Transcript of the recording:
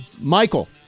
Michael